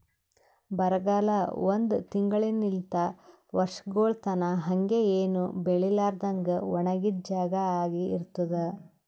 ಬರಗಾಲ ಒಂದ್ ತಿಂಗುಳಲಿಂತ್ ವರ್ಷಗೊಳ್ ತನಾ ಹಂಗೆ ಏನು ಬೆಳಿಲಾರದಂಗ್ ಒಣಗಿದ್ ಜಾಗಾ ಆಗಿ ಇರ್ತುದ್